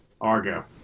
Argo